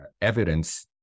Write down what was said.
evidence